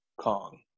kong